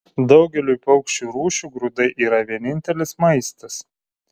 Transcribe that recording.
daugeliui paukščių rūšių grūdai yra vienintelis maistas